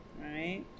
right